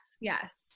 yes